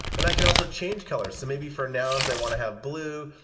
and i can also change colors. so maybe for nouns i want to have blue,